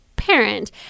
parent